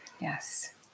Yes